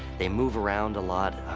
they move around a lot.